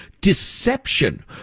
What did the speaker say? deception